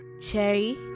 Cherry